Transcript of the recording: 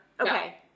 Okay